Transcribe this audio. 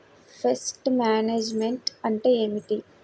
Pest management అంటే ఏమిటి?